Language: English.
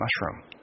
mushroom